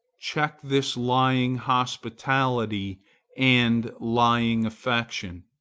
check this lying hospitality and lying affection.